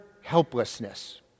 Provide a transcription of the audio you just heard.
helplessness